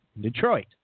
Detroit